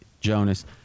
Jonas